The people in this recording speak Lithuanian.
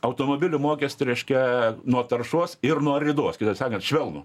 automobilių mokestį reiškia nuo taršos ir nuo ridos kitaip sakant švelnų